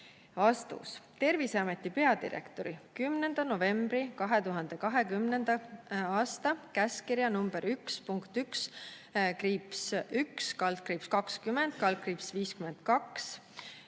Terviseameti peadirektori 10. novembri 2020. aasta käskkirja nr 1.1-1/20/52